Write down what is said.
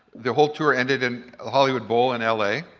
the whole tour ended in hollywood bowl in la